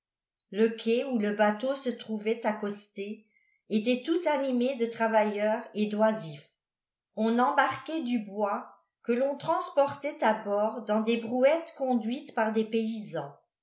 le quai où le bateau se trouvait accosté était tout animé de travailleurs et d'oisifs on embarquait du bois que l'on transportait à bord dans des brouettes conduites par des paysans